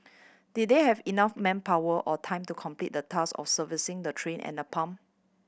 did they have enough manpower or time to complete the task of servicing the train and the pump